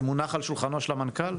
על שולחנו של המנכ"ל?